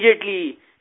immediately